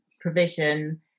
provision